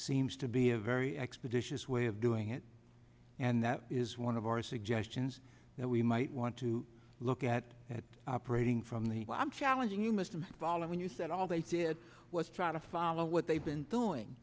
seems to be a very expeditious way of doing it and that is one of our suggestions that we might want to look at at operating from the i'm challenging you must follow when you said all they did was try to follow what they've been doing